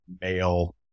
male